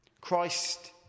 Christ